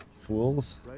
fools